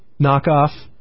knockoff